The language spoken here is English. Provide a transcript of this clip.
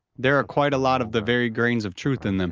there are quite a lot of the very grains of truth in them.